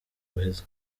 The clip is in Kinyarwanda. guheze